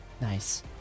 Nice